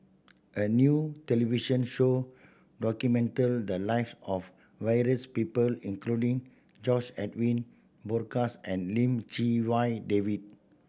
a new television show documented the lives of various people including George Edwin Bogaars and Lim Chee Wai David